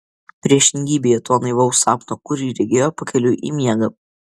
priešingybėje to naivaus sapno kurį regėjo pakeliui į miegą